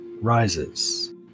rises